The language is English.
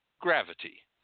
gravity